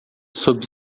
sob